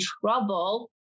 trouble